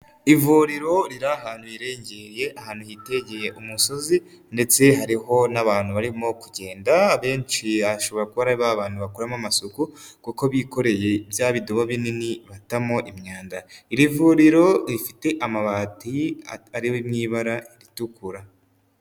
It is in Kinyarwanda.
Ivuriro riri ahantu hirengeye, ahantu hitegeye umusozi ndetse hariho n'abantu barimo kugenda, abenshi ashobora kuba ari babantu bakoramo amasuku kuko bikoreye bya bidobo binini batamo imyanda, iri vuriro rifite amabati ari mu ibara ritukura.